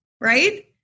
right